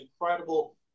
incredible